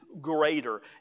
greater